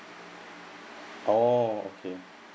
oh okay